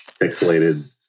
pixelated